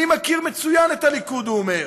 אני מכיר מצוין את הליכוד, הוא אומר,